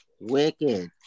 wicked